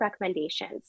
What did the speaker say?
recommendations